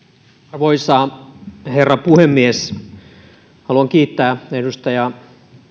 arvoisa herra puhemies haluan kiittää edustaja